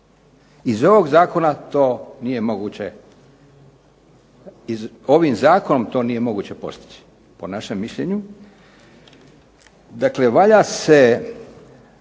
Iz ovog zakona to nije moguće, ovim zakonom to nije moguće postići po našem mišljenju. Dakle, valja se